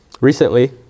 Recently